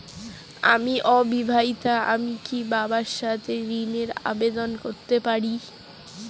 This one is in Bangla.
আমি অবিবাহিতা আমি কি বাবার সাথে ঋণের আবেদন করতে পারি?